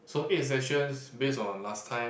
so eight sessions based on last time